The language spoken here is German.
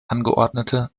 angeordnete